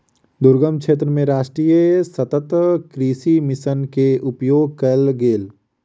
दुर्गम क्षेत्र मे राष्ट्रीय सतत कृषि मिशन के उपयोग कयल गेल